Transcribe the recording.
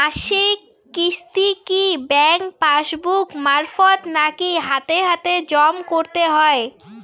মাসিক কিস্তি কি ব্যাংক পাসবুক মারফত নাকি হাতে হাতেজম করতে হয়?